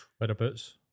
Whereabouts